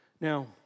Now